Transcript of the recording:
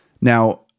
now